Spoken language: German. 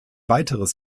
weiteres